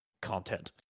Content